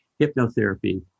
hypnotherapy